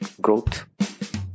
growth